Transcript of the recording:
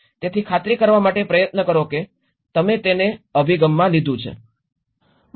તેથી ખાતરી કરવા માટે પ્રયત્ન કરો કે તમે તેને તે અભિગમમાં લીધું છે